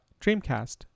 Dreamcast